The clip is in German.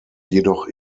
jedoch